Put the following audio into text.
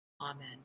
Amen